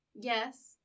Yes